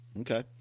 Okay